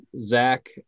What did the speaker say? Zach